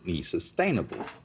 sustainable